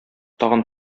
тагын